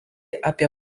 apie